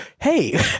hey